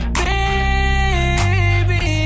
baby